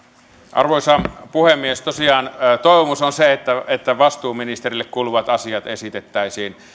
arvoisa puhemies tosiaan toivomus on se että että vastuuministerille kuuluvat asiat esitettäisiin